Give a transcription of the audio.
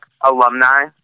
alumni